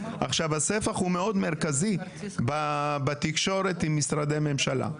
הספח הוא מאוד מרכזי בתקשורת עם משרדי ממשלה.